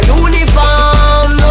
uniform